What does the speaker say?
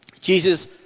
Jesus